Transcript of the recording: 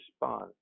respond